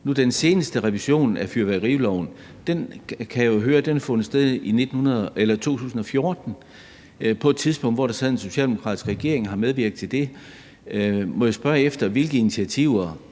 Den seneste revision af fyrværkeriloven kan jeg høre har fundet sted i 2014, altså på et tidspunkt, hvor der sad en socialdemokratisk regering, der jo så medvirkede til det. Må jeg spørge: Hvilke initiativer